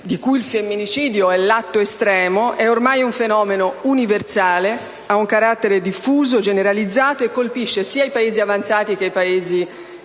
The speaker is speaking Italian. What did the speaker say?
di cui il femminicidio è l'atto estremo, è ormai un fenomeno universale, ha carattere diffuso e generalizzato e colpisce sia i Paesi avanzati che quelli